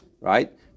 Right